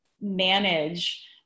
manage